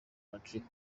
patrick